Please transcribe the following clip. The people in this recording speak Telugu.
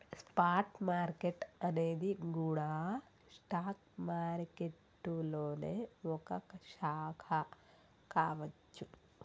స్పాట్ మార్కెట్టు అనేది గూడా స్టాక్ మారికెట్టులోనే ఒక శాఖ కావచ్చు